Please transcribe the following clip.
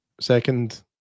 Second